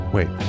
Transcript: Wait